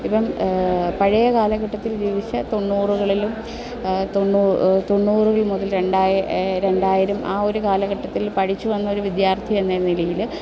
ഇപ്പം പഴയ കാലഘട്ടത്തിൽ ജീവിച്ച തൊണ്ണൂറുകളിലും തൊണ്ണൂറുകൾ മുതൽ രണ്ടായിരം ആ ഒരു കാലഘട്ടത്തിൽ പഠിച്ചു വന്ന ഒരു വിദ്യാർത്ഥി എന്ന നിലയിൽ